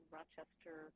Rochester